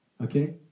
Okay